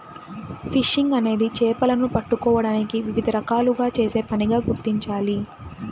fishing అనేది చేపలను పట్టుకోవడానికి వివిధ రకాలుగా చేసే పనిగా గుర్తించాలి